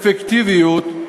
לאפקטיביות,